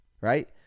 right